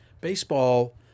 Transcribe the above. Baseball